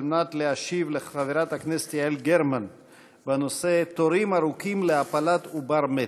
על מנת להשיב לחברת הכנסת יעל גרמן בנושא: תורים ארוכים להפלת עובר מת.